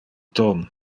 tom